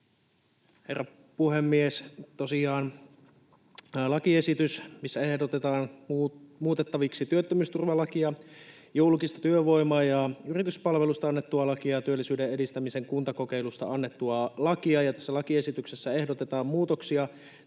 Herra puhemies! Tosiaan lakiesitys, missä ehdotetaan muutettaviksi työttömyysturvalakia, julkisesta työvoima- ja yrityspalvelusta annettua lakia ja työllisyyden edistämisen kuntakokeilusta annettua lakia. Tässä lakiesityksessä ehdotetaan muutoksia